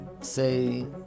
say